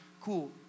cool